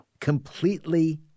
completely